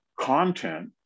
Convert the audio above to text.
content